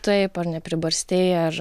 taip ar nepribarstei ar